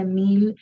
mil